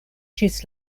ĝis